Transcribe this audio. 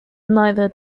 neither